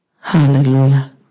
Hallelujah